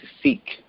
seek